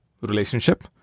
relationship